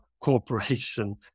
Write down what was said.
corporation